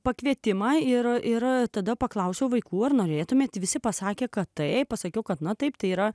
pakvietimą yra yra tada paklausiau vaikų ar norėtumėte visi pasakė kad tai pasakiau kad na taip tai yra